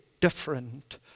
different